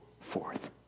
forth